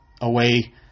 away